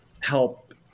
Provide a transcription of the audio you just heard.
help